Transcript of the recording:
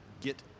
get